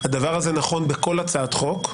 בכל הצעת החוק,